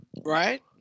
Right